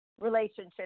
relationships